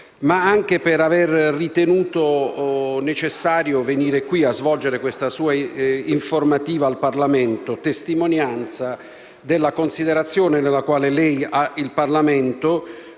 ma anche per aver ritenuto necessario venire a svolgere questa sua informativa alle camere, a testimonianza della considerazione che ha del Parlamento;